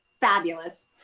fabulous